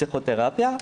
פסיכותרפיה,